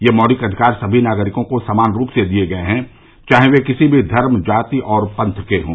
ये मौलिक अधिकार सभी नागरिकों को समान रूप से दिये गये हैं चाहे वो किसी भी धर्म जाति और पंथ के हों